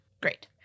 Great